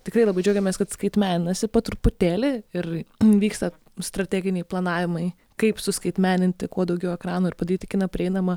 tikrai labai džiaugiamės kad skaitmeninasi po truputėlį ir vyksta strateginiai planavimai kaip suskaitmeninti kuo daugiau ekranų ir padaryti kiną prieinama